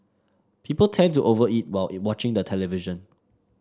people tend to over eat while watching the television